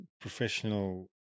professional